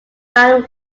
van